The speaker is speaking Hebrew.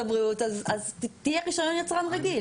אז תהיה רישיון יצרן רגיל.